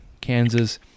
Kansas